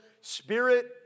spirit